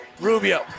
Rubio